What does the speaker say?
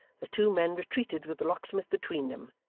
the two men retreated with the locksmith between them,